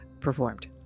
performed